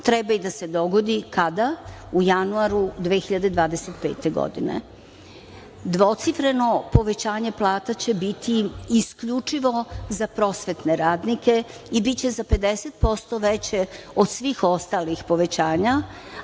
treba da se dogodi, kada, u januaru 2025. godine. Dvocifreno povećanje plata će biti isključivo za prosvetne radnike, i biće za 50 posto veće od svih ostalih povećanja,